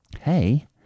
Hey